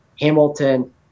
Hamilton